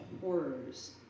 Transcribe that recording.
horrors